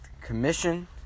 commission